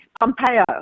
Pompeo